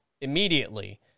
immediately